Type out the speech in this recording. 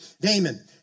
Damon